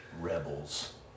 rebels